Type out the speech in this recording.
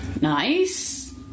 Nice